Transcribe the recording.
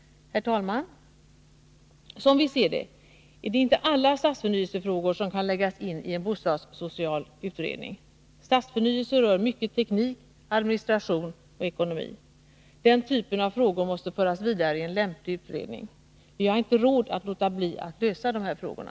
Herr talman! Som vi ser det är det inte alla stadsförnyelsefrågor som kan läggas in i en bostadssocial utredning. Stadsförnyelse rör mycket teknik, administration och ekonomi. Den typen av frågor måste föras vidare i en lämplig utredning. Vi har inte råd att låta bli att lösa de här frågorna.